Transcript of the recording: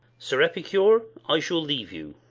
sir epicure, i shall leave you.